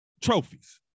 trophies